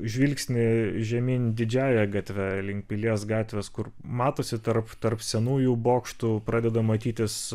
žvilgsnį žemyn didžiąja gatve link pilies gatvės kur matosi tarp tarp senųjų bokštų pradeda matytis